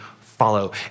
follow